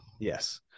Yes